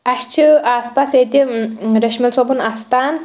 اسہِ چھِ آس پاس ییٚتہِ ریٚشمٲلۍ صٲبُن آستان